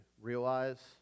realize